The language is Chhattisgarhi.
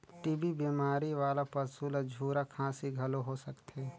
टी.बी बेमारी वाला पसू ल झूरा खांसी घलो हो सकथे